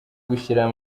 gushyiraho